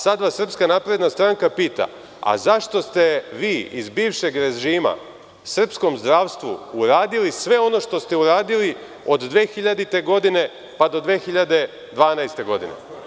Sada vas SNS pita – zašto ste vi iz bivšeg režima srpskom zdravstvu uradili sve ono što ste uradili od 2000. godine pa do 2012. godine?